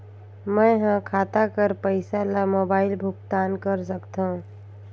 मैं ह खाता कर पईसा ला मोबाइल भुगतान कर सकथव?